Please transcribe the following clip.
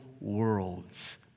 world's